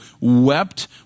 wept